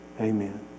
Amen